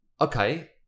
okay